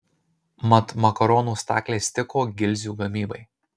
mat makaronų staklės tiko gilzių gamybai